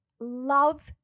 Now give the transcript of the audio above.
love